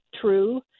true